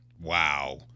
Wow